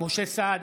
משה סעדה,